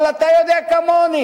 אבל אתה יודע כמוני: